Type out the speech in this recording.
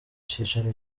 cicaro